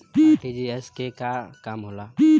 RTGS के का काम होला?